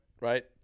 right